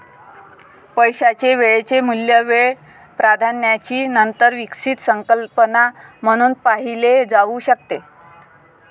पैशाचे वेळेचे मूल्य वेळ प्राधान्याची नंतर विकसित संकल्पना म्हणून पाहिले जाऊ शकते